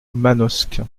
manosque